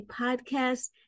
podcast